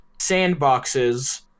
sandboxes